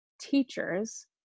teachers